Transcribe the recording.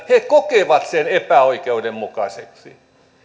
he kokevat tämän eläkejärjestelmän epäoikeudenmukaiseksi